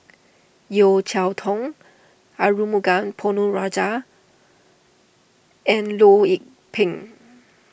Yeo Cheow Tong Arumugam Ponnu Rajah and Loh Lik Peng